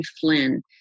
Flynn